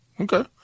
Okay